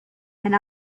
and